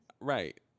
right